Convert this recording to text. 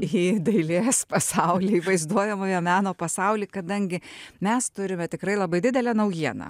į dailės pasaulį vaizduojamojo meno pasaulį kadangi mes turime tikrai labai didelę naujieną